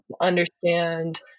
understand